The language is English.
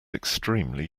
extremely